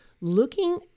Looking